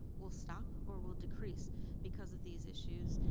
will stop, or will decrease because of these issues,